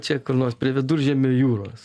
čia kur nors prie viduržemio jūros